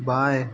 बाएँ